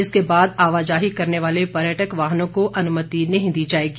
इसके बाद आवाजाही करने वाले पर्यटक वाहनों को अनुमति नहीं दी जाएगी